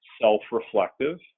self-reflective